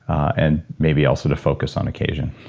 and maybe also to focus on occasion,